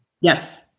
Yes